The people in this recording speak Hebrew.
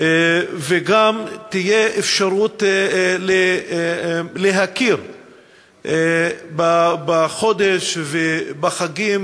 וגם תהיה אפשרות להכיר בחודש ובחגים,